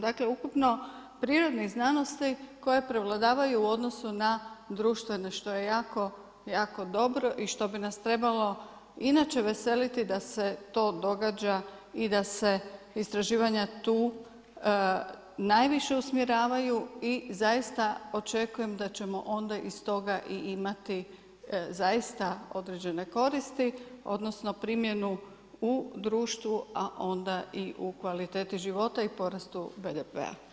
Dakle ukupno, prirodne znanosti koje prevladavaju u odnosu na društvene što je jako, jako dobro i što bi nas trebalo inače veseliti da se to događa i da se istraživanja tu najviše usmjeravaju i zaista očekujem da ćemo onda iz toga imati zaista određene koristi odnosno primjenu u društvu, a onda i u kvaliteti života i porastu BDP-a.